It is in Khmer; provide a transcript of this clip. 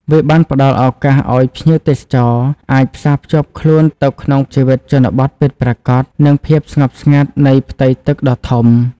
វាបានផ្ដល់ឱកាសឱ្យភ្ញៀវទេសចរអាចផ្សាភ្ជាប់ខ្លួនទៅក្នុងជីវិតជនបទពិតប្រាកដ និងភាពស្ងប់ស្ងាត់នៃផ្ទៃទឹកដ៏ធំ។